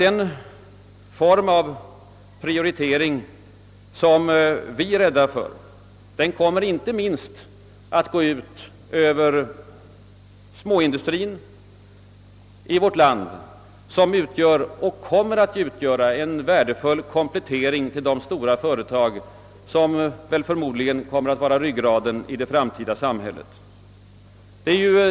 Den form av prioritering som vi är rädda för skulle inte minst gå ut över vårt lands småindustri som utgör och kommer att utgöra ett värdefullt komplement till de stora företag som väl förmodligen kommer att bli ryggraden i det framtida samhället.